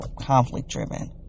conflict-driven